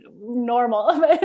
normal